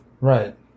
Right